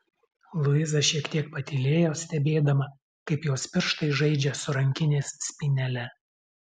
luiza šiek tiek patylėjo stebėdama kaip jos pirštai žaidžia su rankinės spynele